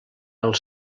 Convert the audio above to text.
els